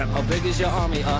um how big is your army?